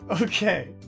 okay